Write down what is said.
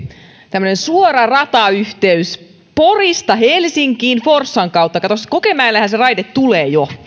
tämmöinen suora ratayhteys porista helsinkiin forssan kautta katsos kokemäellehän se raide tulee jo